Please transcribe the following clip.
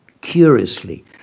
Curiously